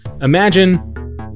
imagine